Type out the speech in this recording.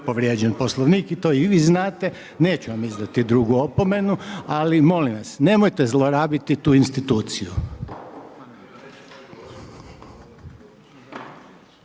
povrijeđen Poslovnik i to i vi znate. Neću vam izdati drugu opomenu ali molim vas, nemojte zlorabiti tu instituciju.